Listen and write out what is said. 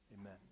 amen